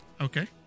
Okay